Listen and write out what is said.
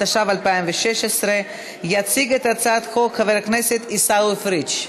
התשע"ו 2016. יציג את הצעת החוק חבר הכנסת עיסאווי פריג'.